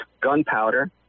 gunpowder